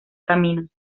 caminos